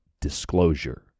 disclosure